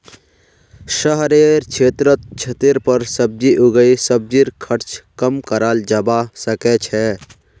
शहरेर क्षेत्रत छतेर पर सब्जी उगई सब्जीर खर्च कम कराल जबा सके छै